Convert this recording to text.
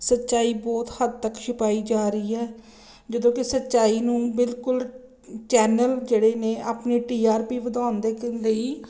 ਸੱਚਾਈ ਬਹੁਤ ਹੱਦ ਤੱਕ ਛੁਪਾਈ ਜਾ ਰਹੀ ਹੈ ਜਦੋਂ ਕਿ ਸੱਚਾਈ ਨੂੰ ਬਿਲਕੁਲ ਚੈਨਲ ਜਿਹੜੇ ਨੇ ਆਪਣੀ ਟੀ ਆਰ ਪੀ ਵਧਾਉਣ ਦੇ ਕੇ ਲਈ